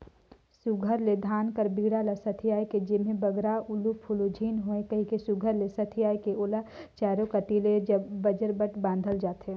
सुग्घर ले धान कर बीड़ा ल सथियाए के जेम्हे बगरा उलु फुलु झिन होए कहिके सुघर ले सथियाए के ओला चाएरो कती ले बजरबट बाधल जाथे